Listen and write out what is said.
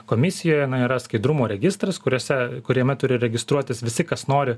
komisijoje yra skaidrumo registras kuriuose kuriame turi registruotis visi kas nori